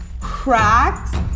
cracks